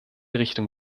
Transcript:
richtung